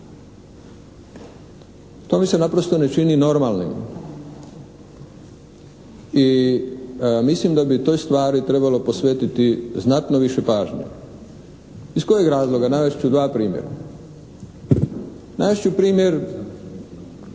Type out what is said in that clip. To mi se naprosto ne čini normalnim. I mislim da bi toj stvari trebalo posvetiti znatno više pažnje. Iz kojeg razloga? Navest ću dva primjera. Navest ću primjer